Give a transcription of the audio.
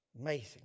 Amazing